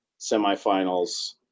semifinals